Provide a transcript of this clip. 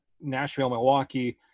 Nashville-Milwaukee